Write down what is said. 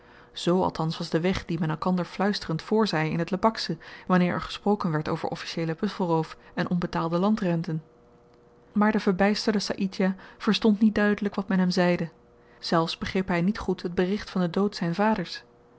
z althans was de weg dien men elkander fluisterend vrzei in t lebaksche wanneer er gesproken werd over officieelen buffelroof en onbetaalde landrenten maar de verbysterde saïdjah verstond niet duidelyk wat men hem zeide zelfs begreep hy niet goed het bericht van den dood zyn vaders